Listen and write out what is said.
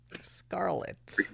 Scarlet